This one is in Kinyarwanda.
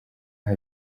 aho